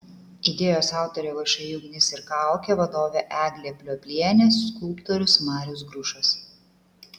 idėjos autorė všį ugnis ir kaukė vadovė eglė plioplienė skulptorius marius grušas